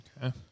Okay